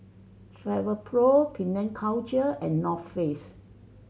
Travelpro Penang Culture and North Face